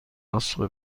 نسخه